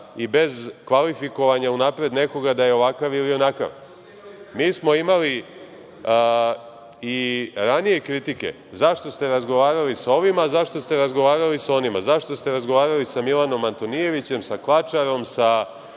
i bez kvalifikovanja unapred nekoga da je ovakav ili onakav. Mi smo imali i ranije kritike - zašto ste razgovarali sa ovima, zašto ste razgovarali sa onima, zašto ste razgovarali sa Milanom Antonijevićem, sa Klačarom, sa